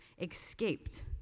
escaped